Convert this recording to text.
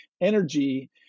energy